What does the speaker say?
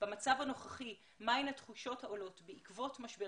במצב הנוכחי מה הן התחושות העולות בעקבות משבר